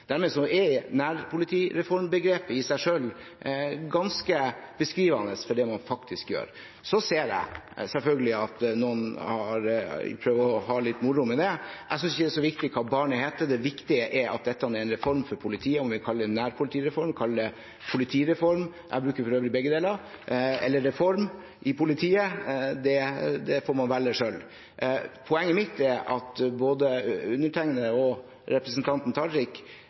Dermed er nærpolitireformbegrepet i seg selv ganske beskrivende for det man faktisk gjør. Så ser jeg selvfølgelig at noen prøver å ha litt moro med det. Jeg synes ikke det er så viktig hva barnet heter, det viktige er at dette er en reform for politiet. Om vi kaller det nærpolitireform, kaller det politireform – jeg bruker for øvrig begge deler – eller reform i politiet, får man velge selv. Poenget mitt er at både undertegnede og representanten Tajik